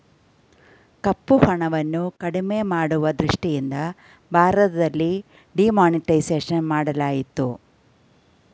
ಕಪ್ಪುಹಣವನ್ನು ಕಡಿಮೆ ಮಾಡುವ ದೃಷ್ಟಿಯಿಂದ ಭಾರತದಲ್ಲಿ ಡಿಮಾನಿಟೈಸೇಷನ್ ಮಾಡಲಾಯಿತು